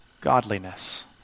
Godliness